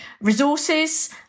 resources